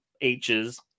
H's